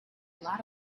lot